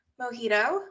mojito